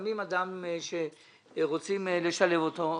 שמים אדם שרוצים לשלב אותו,